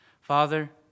Father